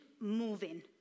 moving